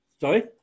Sorry